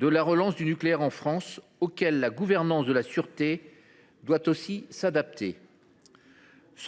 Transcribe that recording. la relance du nucléaire en France, défi auquel la gouvernance de la sûreté doit, elle aussi, s’adapter.